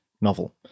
novel